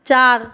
চার